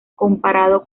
comparado